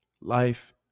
Life